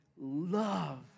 love